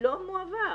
לא מועבר,